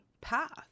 path